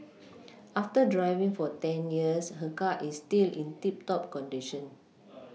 after driving for ten years her car is still in tip top condition